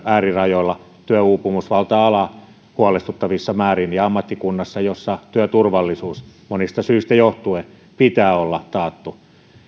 äärirajoilla työuupumus valtaa alaa huolestuttavissa määrin ammattikunnassa jossa työturvallisuuden monista syistä johtuen pitää olla taattu